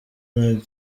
nta